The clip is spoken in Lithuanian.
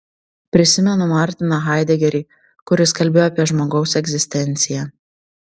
prisimenu martiną haidegerį kuris kalbėjo apie žmogaus egzistenciją